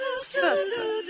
Sister